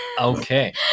Okay